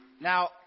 Now